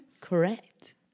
Correct